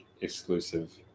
exclusive